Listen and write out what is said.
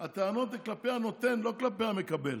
הטענות הן כלפי הנותן, לא כלפי המקבל.